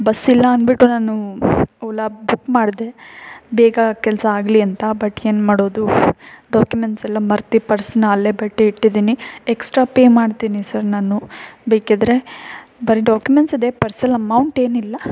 ಬಸ್ಸಿಲ್ಲ ಅಂದುಬಿಟ್ಟು ನಾನು ಓಲಾ ಬುಕ್ ಮಾಡಿದೆ ಬೇಗ ಕೆಲಸ ಆಗಲಿ ಅಂತ ಬಟ್ ಏನು ಮಾಡೋದು ಡಾಕ್ಯುಮೆಂಟ್ಸ್ ಎಲ್ಲ ಮರ್ತು ಪರ್ಸನ್ನ ಅಲ್ಲೇ ಬಿಟ್ಟು ಇಟ್ಟಿದ್ದೀನಿ ಎಕ್ಸ್ಟ್ರಾ ಪೇ ಮಾಡ್ತೀನಿ ಸರ್ ನಾನು ಬೇಕಿದ್ದರೆ ಬರೀ ಡಾಕ್ಯುಮೆಂಟ್ಸ್ ಇದೆ ಪರ್ಸಲ್ಲಿ ಅಮೌಂಟೇನಿಲ್ಲ